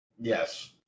Yes